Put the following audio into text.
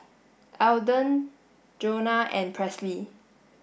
Eldon Jonah and Presley